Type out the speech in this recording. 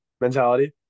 mentality